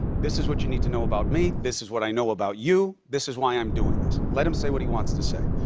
this is what you need to know about me. this is what i know about you. this is why i'm doing this. let him say what he wants to say.